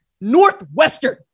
Northwestern